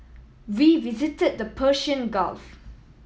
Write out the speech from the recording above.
we visited the Persian Gulf